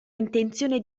intenzione